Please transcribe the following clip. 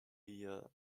year